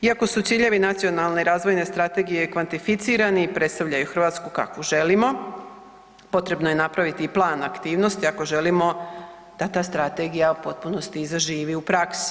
Iako su ciljevi nacionalne razvojne strategije kvantificirani i predstavljaju Hrvatsku kakvu želimo potrebno je napraviti i plan aktivnosti ako želimo da ta strategija u potpunosti i zaživi u praksi.